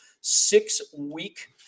six-week